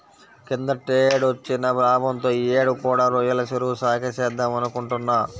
కిందటేడొచ్చిన లాభంతో యీ యేడు కూడా రొయ్యల చెరువు సాగే చేద్దామనుకుంటున్నా